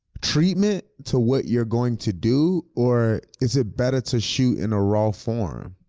treatment to what you're going to do? or is it better to shoot in a raw form?